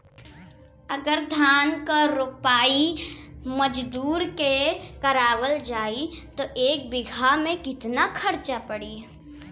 अगर धान क रोपाई मजदूर से करावल जाई त एक बिघा में कितना खर्च पड़ी?